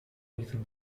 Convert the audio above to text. rhythm